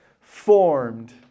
formed